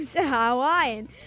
Hawaiian